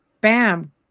bam